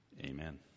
Amen